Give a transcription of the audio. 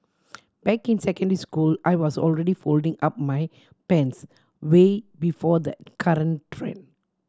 back in secondary school I was already folding up my pants way before the current trend